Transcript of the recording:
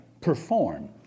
perform